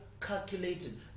calculated